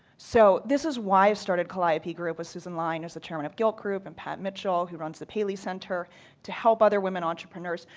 so this is why i've started calliope group with susan lyne as the chairman of gilt groupe and pat mitchell who runs the paley center to help other women entrepreneurs.